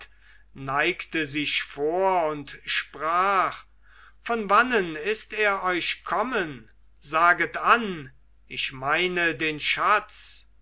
neigte sich vor und sprach von wannen ist er euch kommen saget an ich meine den schatz